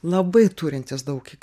labai turintis daug